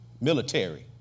military